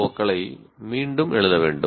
ஓக்களை மீண்டும் எழுத வேண்டும்